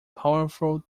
powerful